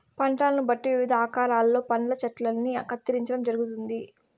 పంటలను బట్టి వివిధ ఆకారాలలో పండ్ల చెట్టల్ని కత్తిరించడం జరుగుతుంది